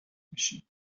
بشیم